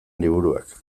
liburuak